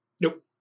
Nope